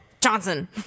Johnson